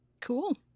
Cool